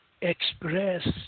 express